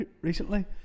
recently